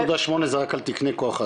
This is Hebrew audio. ה-1.8 זה רק על תקני כוח אדם.